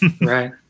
right